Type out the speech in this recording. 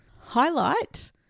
Highlight